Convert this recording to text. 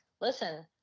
listen